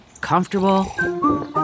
Comfortable